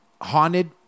haunted